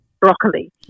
broccoli